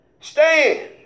stand